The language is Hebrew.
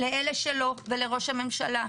אלא לאלה שלא ולראש הממשלה,